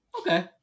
Okay